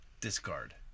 discard